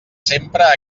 sempre